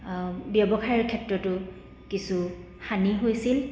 ব্যৱসায়ৰ ক্ষেত্ৰতো কিছু হানি হৈছিল